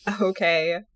Okay